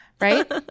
right